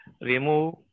Remove